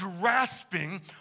grasping